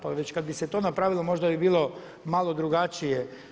Pa već kad bi se to napravilo možda bi bilo malo drugačije.